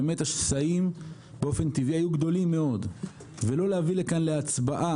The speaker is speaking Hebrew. כשהשסעים באמת היו באופן טבעי גדולים מאוד ולא להביא לכאן להצבעה